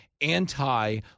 anti